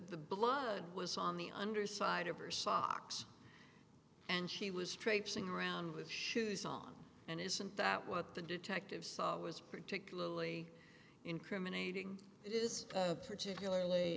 the blood was on the underside of her socks and she was traipsing around with shoes on and isn't that what the detective saw was particularly incriminating it is particularly